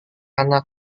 anak